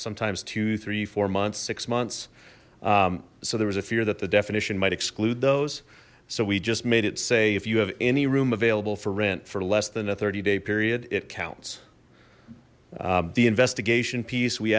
sometimes two three four months six months so there was a fear that the definition might exclude those so we just made it say if you have any room available for rent for less than a thirty day period it counts the investigation piece we